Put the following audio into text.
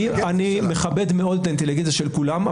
אני מכבד מאוד את האינטליגנציה של כולם,